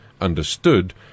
understood